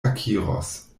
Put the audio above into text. akiros